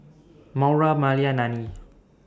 Maura Malia and Nannie